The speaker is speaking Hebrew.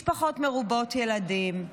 משפחות מרובות ילדים,